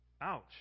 Ouch